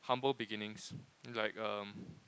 humble beginnings like erm